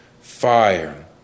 fire